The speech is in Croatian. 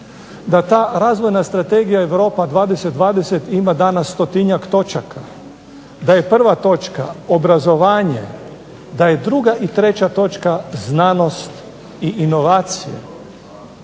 Da ta razvojna strategija Europa 20/20 ima danas stotinjak točaka. Da je prva točka obrazovanje, da je druga i treća točka znanost i inovacije.